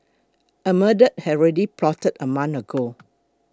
a murder had already plotted a month ago